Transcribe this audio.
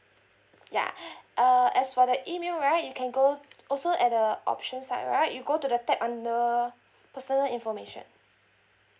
ya uh as for the email right you can go also at the option side right you go to the tab under personal information